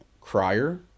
crier